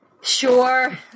Sure